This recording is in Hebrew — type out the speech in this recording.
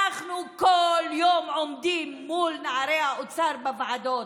אנחנו כל יום עומדים מול נערי האוצר בוועדות